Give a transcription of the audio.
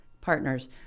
partners